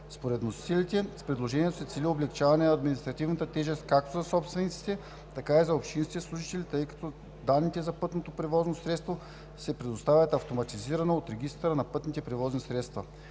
Според вносителите с предложението се цели облекчаване на административната тежест, както за собствениците така и за общинските служители, тъй като данните за пътното превозно средство се предоставят автоматизирано от регистъра на пътните превозни средства.